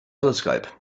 telescope